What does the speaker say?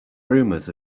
rumors